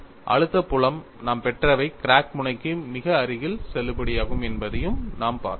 அழுத்த புலம் நாம் பெற்றவை கிராக் முனைக்கு மிக அருகில் செல்லுபடியாகும் என்பதையும் நாம் பார்த்தோம்